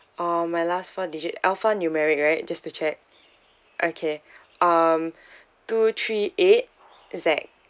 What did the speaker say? um my last four digit alphanumeric right just to check okay um two three eight Z